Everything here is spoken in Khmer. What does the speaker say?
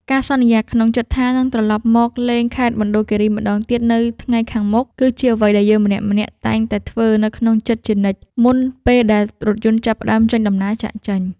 ការសន្យាក្នុងចិត្តថានឹងត្រឡប់មកលេងខេត្តមណ្ឌលគីរីម្ដងទៀតនៅថ្ងៃខាងមុខគឺជាអ្វីដែលយើងម្នាក់ៗតែងតែធ្វើនៅក្នុងចិត្តជានិច្ចមុនពេលដែលរថយន្តចាប់ផ្ដើមចេញដំណើរចាកចេញ។